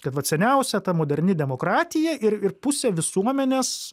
kad vat seniausia ta moderni demokratija ir ir pusė visuomenės